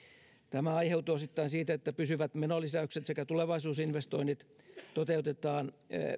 tämä aiheutuu osittain siitä että pysyvät menolisäykset sekä tulevaisuusinvestoinnit toteutetaan